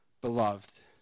beloved